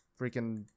freaking